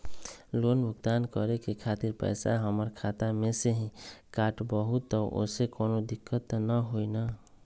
Loan भुगतान करे के खातिर पैसा हमर खाता में से ही काटबहु त ओसे कौनो दिक्कत त न होई न?